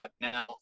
now